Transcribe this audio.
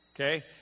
Okay